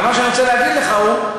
אבל מה שאני רוצה להגיד לך הוא,